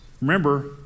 Remember